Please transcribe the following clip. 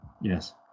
yes